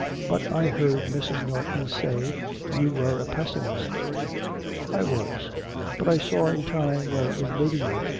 but i heard mrs. norton say you were a pessimist i was but i saw in time where it was leading me,